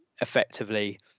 effectively